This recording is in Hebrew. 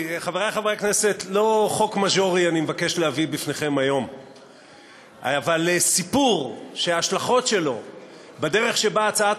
חברת הכנסת עליזה לביא מבקשת להירשם כתומכת בהצעת החוק.